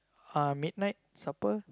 ah midnight supper